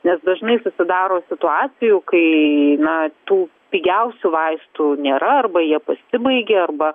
nes dažnai susidaro situacijų kai na tų pigiausių vaistų nėra arba jie pasibaigia arba